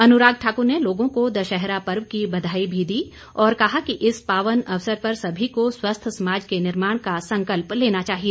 अनुराग ठाकुर ने लोगों को दशहरा पर्व की बधाई भी दी और कहा कि इस पावन अवसर पर सभी को स्वस्थ समाज के निर्माण का संकल्प लेना चाहिए